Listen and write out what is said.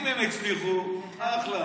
אם הם הצליחו, אחלה,